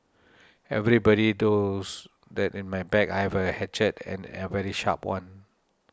everybody knows that in my bag I have a hatchet and a very sharp one